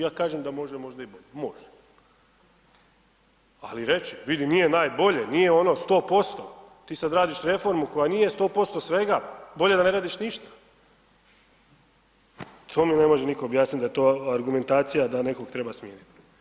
Ja kažem da može možda i bolje, može, ali reći, vidi nije najbolje, nije ono 100%, ti sad radiš reformu koja nije 100% svega, bolje da ne radiš ništa, to mi ne može nitko objasniti da je to argumentacija da nekog treba smijeniti.